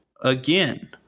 again